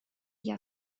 jag